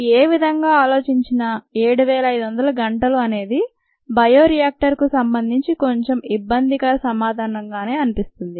ఏ విధంగా ఆలోచించినా 7500 గంటలు అనేది బయోరియాక్టర్ కు సంబంధించి కొంచెం ఇబ్బందిక సమాధానంగానే కనిపిస్తుంది